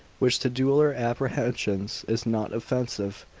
which to duller apprehensions is not offensive,